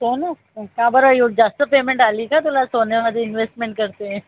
सोनं का बरं यव जास्त पेमेंट आली का तुला सोन्यामध्ये इन्वेसमेन्ट करते